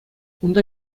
унта